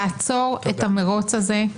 תעצור את המרוץ הזה.